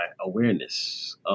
awareness